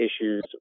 issues